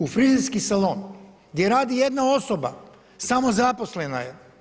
U frizerski salon, gdje radi jedna osoba, samozaposlena je.